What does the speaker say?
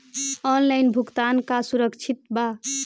Online भुगतान का सुरक्षित बा?